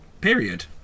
period